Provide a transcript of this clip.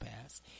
past